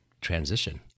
transition